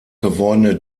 gewordene